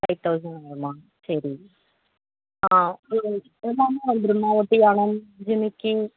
five thousand ஆகுமா சரி இதில் எல்லாமே வந்துடுமா ஒட்டியாணம் ஜிமிக்கி